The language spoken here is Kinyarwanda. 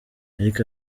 ariko